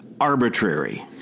arbitrary